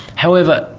however,